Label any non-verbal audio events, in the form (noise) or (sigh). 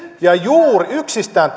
yksistään (unintelligible)